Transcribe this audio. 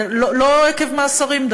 ולא עקב מאסרים,